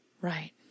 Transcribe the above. Right